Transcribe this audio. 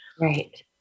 Right